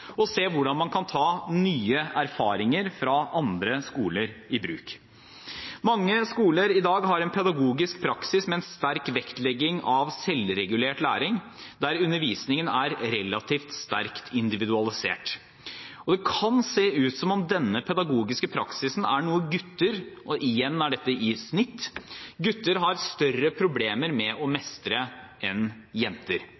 og se hvordan man kan ta nye erfaringer fra andre skoler i bruk. Mange skoler i dag har en pedagogisk praksis med en sterk vektlegging av selvregulert læring, der undervisningen er relativt sterkt individualisert. Det kan se ut som om denne pedagogiske praksisen er noe gutter har større problemer med å mestre enn jenter